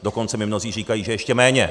Dokonce mi mnozí říkají, že ještě méně.